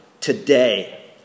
today